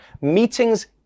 Meetings